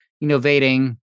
innovating